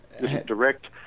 direct